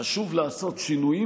חשוב לעשות שינויים